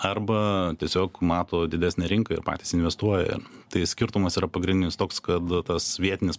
arba tiesiog mato didesnę rinką ir patys investuoja tai skirtumas yra pagrindinis toks kad tas vietinis